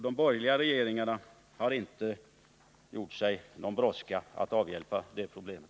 De borgerliga regeringarna har inte gjort sig någon brådska att avhjälpa det problemet.